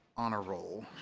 honor roll